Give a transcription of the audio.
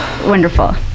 wonderful